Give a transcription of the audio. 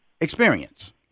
experience